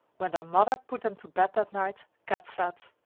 when their mother put them to bed that night, kat said,